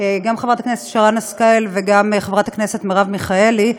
גם חברת הכנסת שרן השכל וגם חברת הכנסת מרב מיכאלי,